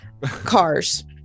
Cars